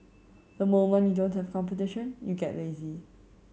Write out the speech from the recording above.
the moment you don't have competition you get lazy